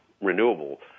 renewable